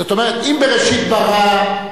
זאת אומרת, אם "בראשית ברא"